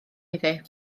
iddi